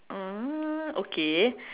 orh okay